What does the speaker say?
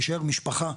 להישאר משפחה,